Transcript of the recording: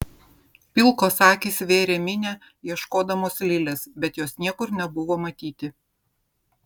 pilkos akys vėrė minią ieškodamos lilės bet jos niekur nebuvo matyti